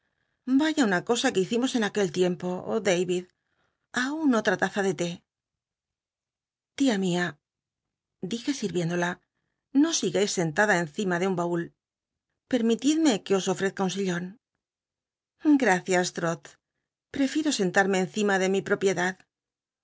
vaya una cosa que hicimos en aquel tiempo david aun otta laza de té l'ia mía dij e sit iéndola no sigais sentada encima de un baul permitidme que os ofrezca un sillon gracias trot prefiero sentarme encima de mi propiedad